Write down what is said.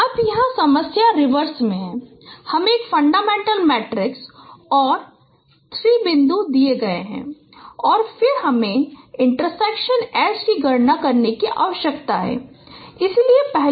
अब यहाँ समस्या रिवर्स में है हमें एक फंडामेंटल मैट्रिक्स और 3 बिंदु दिए गए हैं और फिर हमें इन्टरसेक्शन H की गणना करने की आवश्यकता है